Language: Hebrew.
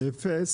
אין.